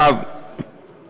אני